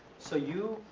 so you